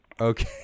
Okay